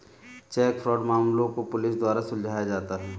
check fraud मामलों को police के द्वारा सुलझाया जाता है